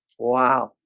wow,